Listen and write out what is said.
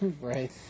Right